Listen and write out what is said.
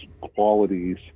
qualities